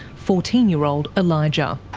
fourteen year old elijah.